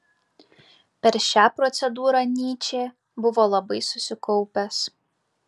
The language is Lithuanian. per šią procedūrą nyčė buvo labai susikaupęs